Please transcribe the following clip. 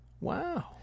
Wow